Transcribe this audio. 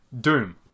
Doom